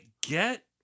get